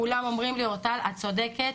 כולם אומרים לי 'אורטל את צודקת,